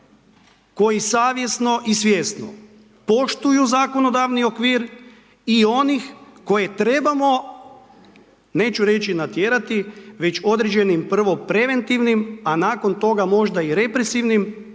koji savjesno i svjesno poštuju zakonodavni okvir i onih koje trebamo, neću reći natjerati, već određenim prvo preventivnim a nakon toga možda i represivnim